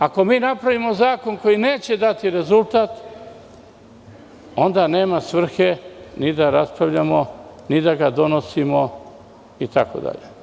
Ako mi napravimo zakon koji neće dati rezultat, onda nema svrhe ni da raspravljamo, ni da ga donosimo itd.